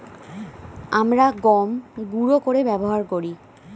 আমরা গম গুঁড়ো করে ব্যবহার করি